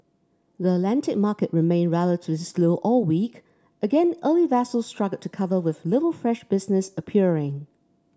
the Atlantic market remained relatively slow all week again early vessels struggled to cover with little fresh business appearing